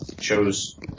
chose